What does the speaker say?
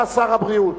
אתה שר הבריאות.